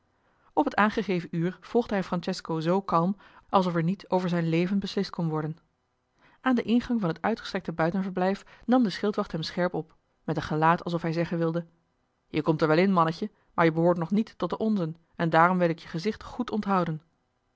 op het aangegeven uur volgde hij francesco zoo kalm alsof er niet over zijn leven beslist kon worden aan den ingang van het uitgestrekte buitenverblijf nam de schildwacht hem scherp op met een gelaat alsof hij zeggen wilde je komt er wel in mannetje maar je behoort nog niet tot de onzen en daarom wil ik je gezicht goed onthouden